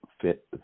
fit